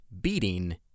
beating